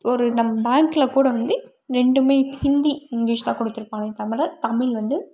ஒரு நம்ம பேங்கில் கூட வந்து ரெண்டும் ஹிந்தி இங்கிலீஷ் தான் கொடுத்துருப்பாங்களே தவிர தமிழ் வந்து